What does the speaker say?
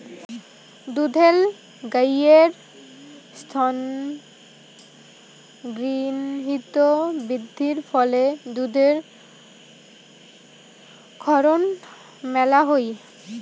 দুধেল গাইের স্তনগ্রন্থিত বৃদ্ধির ফলে দুধের ক্ষরণ মেলা হই